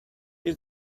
his